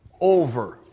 over